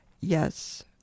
Yes